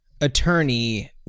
attorney